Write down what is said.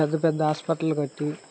పెద్ద పెద్ద హాస్పిటల్ కట్టి